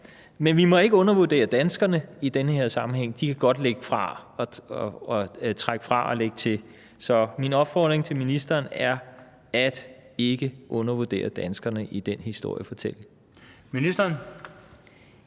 Men vi må ikke undervurdere danskerne i den her sammenhæng; de kan godt trække fra og lægge til. Så min opfordring til ministeren er ikke at undervurdere danskerne i den historiefortælling. Kl.